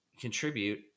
contribute